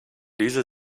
diese